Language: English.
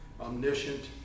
omniscient